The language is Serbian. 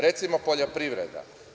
Recimo, poljoprivreda.